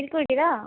ଠିକ୍ କହିଛି ତ